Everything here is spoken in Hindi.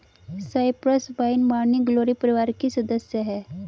साइप्रस वाइन मॉर्निंग ग्लोरी परिवार की सदस्य हैं